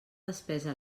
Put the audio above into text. despesa